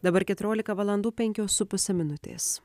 dabar keturiolika valandų penkios su puse minutės